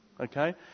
Okay